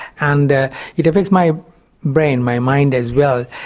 and it affects my brain, my mind as well.